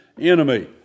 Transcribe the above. enemy